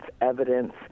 evidence